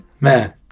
Man